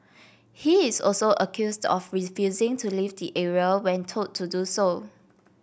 he is also accused of refusing to leave the area when told to do so